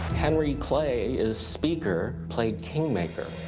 henry clay, as speaker, played kingmaker.